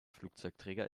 flugzeugträger